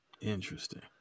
Interesting